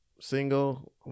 single